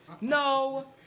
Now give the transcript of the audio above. No